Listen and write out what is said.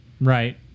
Right